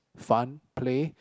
fun play